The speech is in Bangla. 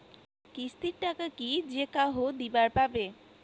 কিস্তির টাকা কি যেকাহো দিবার পাবে?